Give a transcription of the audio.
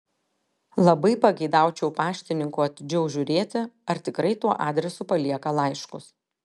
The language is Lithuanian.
labai pageidaučiau paštininkų atidžiau žiūrėti ar tikrai tuo adresu palieka laiškus